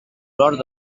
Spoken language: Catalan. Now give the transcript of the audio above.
nord